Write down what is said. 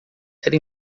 era